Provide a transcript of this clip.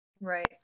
Right